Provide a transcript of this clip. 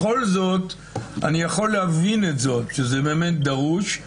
אני יכול להבין שזה באמת דרוש,